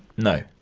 no.